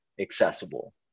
accessible